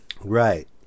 Right